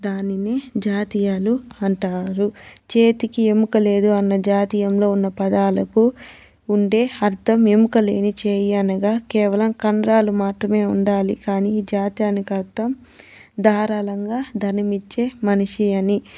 దానిని జాతీయాలు అంటారు చేతికి ఎముక లేదు అన్న జాతీయంలో ఉన్న పదాలకు ఉంటే అర్థం ఎముక లేని చేయనగా కేవలం కండరాలు మాత్రమే ఉండాలి కానీ జాతీయానికి అర్థం ధారాళంగా ధనమిచ్చే మనిషి అని